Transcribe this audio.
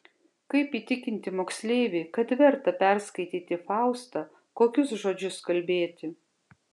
kaip įtikinti moksleivį kad verta perskaityti faustą kokius žodžius kalbėti